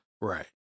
Right